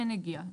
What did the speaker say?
אין נגיעה.